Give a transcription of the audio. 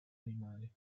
animali